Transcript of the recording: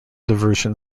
diversion